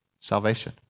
salvation